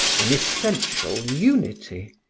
an essential unity,